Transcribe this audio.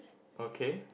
okay